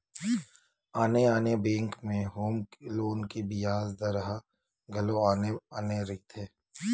आने आने बेंक के होम लोन के बियाज दर ह घलो आने आने रहिथे